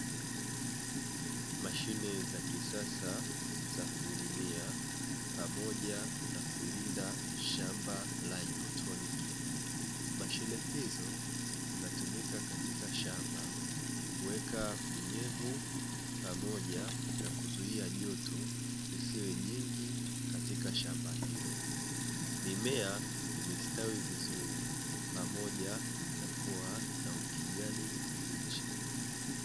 Mashine za kisasa za kulimia pamoja na kulinda shamba la haidroponiki, mashine hizo zinatumika katika shamba kuweka unyevu pamoja na kuzuia joto lisiwe jingi katika shamba hilo mimea imestawi vizuri pamoja na kuwa na ukijani kibichi.